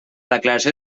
declaració